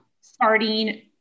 starting